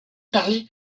parlé